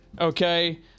okay